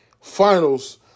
Finals